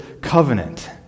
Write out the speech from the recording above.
covenant